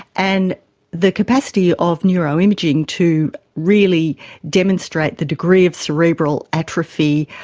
and the capacity of neuroimaging to really demonstrate the degree of cerebral atrophy,